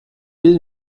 will